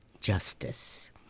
justice